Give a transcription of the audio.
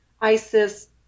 ISIS